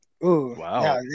Wow